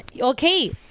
Okay